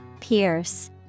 Pierce